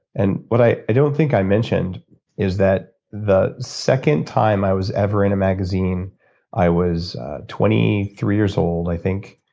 and what i i don't think i mentioned is that the second time i was ever in a magazine i was twenty three years old i think,